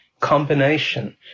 combination